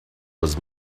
was